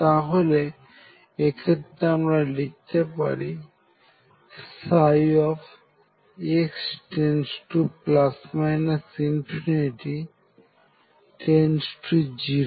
তাহলে এক্ষেত্রে আমরা লিখতে পারি x→±∞→0